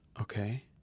Okay